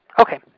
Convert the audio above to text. Okay